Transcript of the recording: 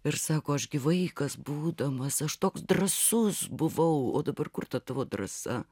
ir sako aš gi vaikas būdamas aš toks drąsus buvau o dabar kur ta tavo drąsa